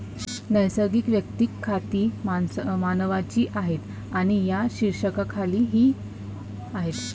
नैसर्गिक वैयक्तिक खाती मानवांची आहेत आणि या शीर्षकाखाली ती आहेत